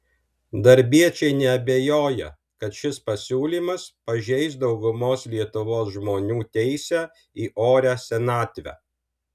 darbiečiai neabejoja kad šis pasiūlymas pažeis daugumos lietuvos žmonių teisę į orią senatvę